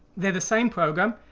they're the same program,